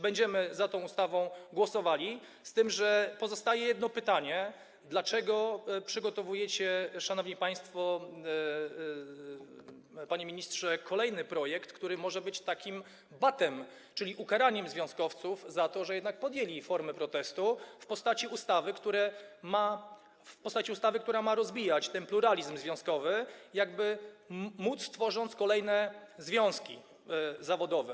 Będziemy za tą ustawą głosowali, z tym że pozostaje jedno pytanie: Dlaczego przygotowujecie, szanowni państwo, panie ministrze, kolejny projekt, który może być takim batem, czyli ukaraniem związkowców za to, że jednak podjęli formę protestu, w postaci ustawy, która ma rozbijać ten pluralizm związkowy, jakby tworząc kolejne związki zawodowe?